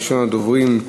ראשון הדוברים הוא